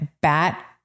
bat